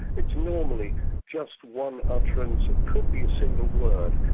it's normally just one utterance, it could be a single word.